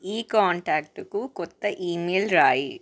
ఈ కాంటాక్టుకు కొత్త ఈమెయిల్ రాయి